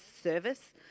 service